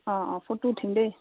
অঁ অঁ ফটো উঠিম দেই